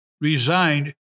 resigned